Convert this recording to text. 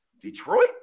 Detroit